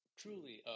truly